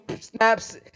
snaps